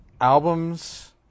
albums